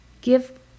Give